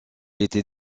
était